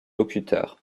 locuteurs